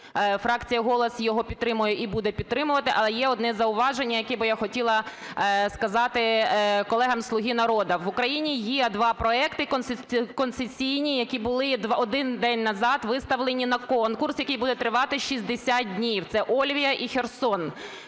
Фракція "Голос" його підтримує і буде підтримувати. Але є одне зауваження, яке я би хотіла сказати колегам зі "Слуги народу". В Україні є два проекти концесійні, які були один день назад виставлені на конкурс, який буде тривати 60 днів. Це "Ольвія" і "Херсон".